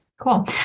Cool